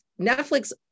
Netflix